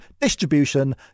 Distribution